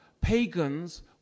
pagans